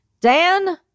Dan